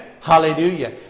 Hallelujah